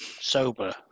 sober